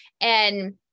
And-